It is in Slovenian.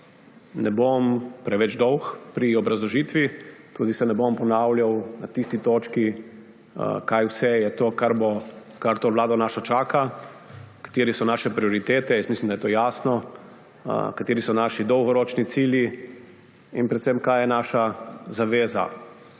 ne bom preveč dolg pri obrazložitvi, tudi se ne bom ponavljal na tisti točki, kaj vse je to, kar našo vlado čaka, katere so naše prioritete. Jaz mislim, da je to jasno, kateri so naši dolgoročni cilji in predvsem kaj je naša zaveza